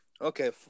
Okay